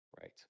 Right